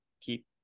keep